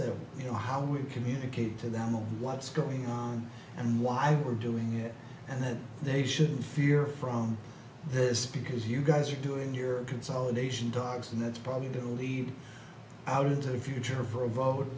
that you know how we communicate to them know what's going on and why we're doing it and that they should fear from this because you guys are doing your consolidation dogs and that's probably a good lead out into the future for a vote